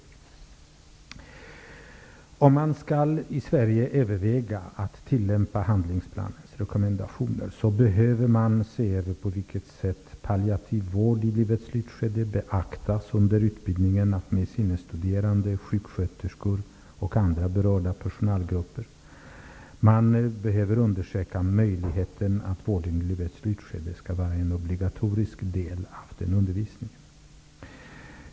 Om man skall överväga att i Sverige tillämpa handlingsplanens rekommendationer, behöver man se över på vilket sätt palliativ vård i livets slutskede beaktas under utbildningen av medicinestuderande, sjuksköterskor och andra berörda personalgrupper. Man behöver undersöka möjligheten att vården i livets slutskede skall vara en obligatorisk del av den undervisningen.